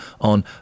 on